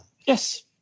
Yes